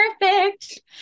perfect